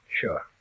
Sure